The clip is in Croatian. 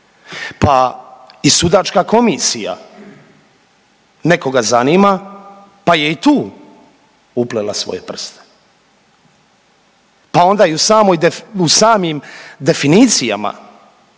Pa i sudačka komisija nekoga zanima, pa je i tu uplela svoje prste. Pa onda i u samim definicijama